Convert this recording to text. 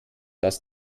dass